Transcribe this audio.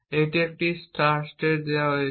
এটি একটি start state দেওয়া হয়েছে